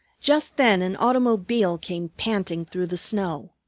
just then an automobile came panting through the snow.